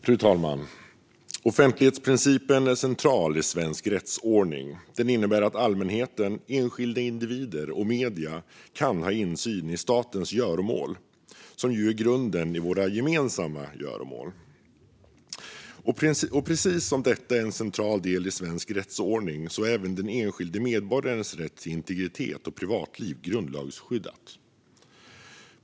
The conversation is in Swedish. Fru talman! Offentlighetsprincipen är central i svensk rättsordning. Den innebär att allmänheten, enskilda individer och medier kan ha insyn i statens göromål, som ju är grunden i våra gemensamma göromål. Precis som att detta är en central del i svensk rättsordning är även den enskilde medborgarens rätt till integritet och privatliv grundlagsskyddad.